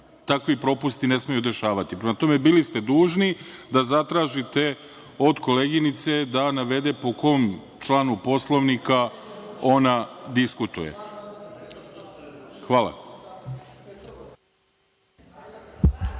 takvi propusti ne smeju dešavati. Prema tome, bili ste dužni da zatražite od koleginice da navede po kom članu Poslovnika ona diskutuje.